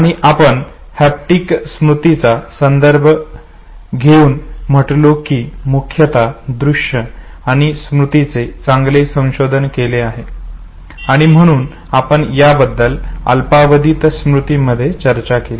आणि आपण हॅप्टिक स्मृतीचा संदर्भघेऊन म्हटलो की मुख्यत दृश्य आणि स्मृतीचे चांगले संशोधन केले गेले आहे आणि म्हणून आपण याबद्दल अल्पावधीत स्मृतीमध्ये चर्चा केली